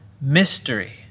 mystery